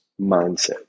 mindset